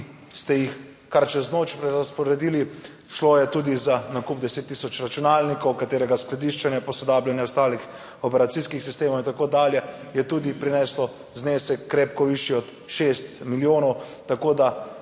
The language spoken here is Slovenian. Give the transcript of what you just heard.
ste jih kar čez noč prerazporedili, šlo je tudi za nakup 10 tisoč računalnikov, katerega skladiščenje, posodabljanje ostalih operacijskih sistemov in tako dalje, je tudi prineslo znesek krepko višji od 6 milijonov. Tako, da